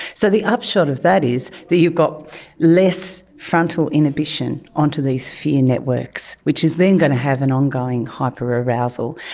so the upshot of that is that you've got less frontal inhibition onto these fear networks which is then going to have an ongoing hyper arousal.